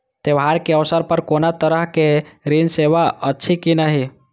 त्योहार के अवसर पर कोनो तरहक ऋण सेवा अछि कि नहिं?